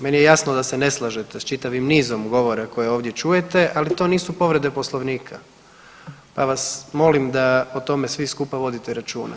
Meni je jasno da se ne slažete s čitavim nizom govora koje ovdje čujete, ali to nisu povrede Poslovnika pa vas molim da o tome svi skupa vodite računa.